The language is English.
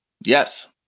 Yes